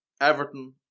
Everton